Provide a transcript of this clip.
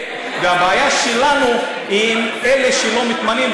הבעיה שלנו היא אלה שלא מתמנים,